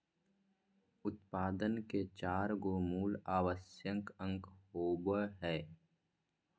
उत्पादन के चार गो मूल आवश्यक अंग होबो हइ